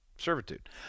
servitude